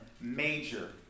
major